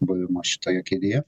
buvimo šitoje kėdėje